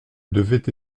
devrait